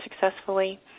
successfully